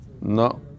No